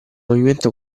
movimento